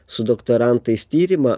su doktorantais tyrimą